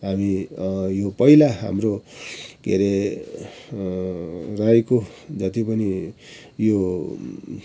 हामी यो पहिला हाम्रो के अरे राईको जति पनि यो